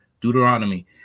Deuteronomy